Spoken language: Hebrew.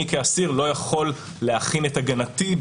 אני כאסיר לא יכול להכין את הגנתי,